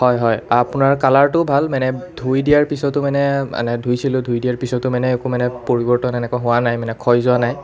হয় হয় আপোনাৰ কালাৰটোও ভাল মানে ধুই দিয়াৰ পিছতো মানে মানে ধুইছিলোঁ ধুই দিয়াৰ পিছতো মানে একো মানে পৰিৱৰ্তন এনেকুৱা হোৱা নাই মানে ক্ষয় যোৱা নাই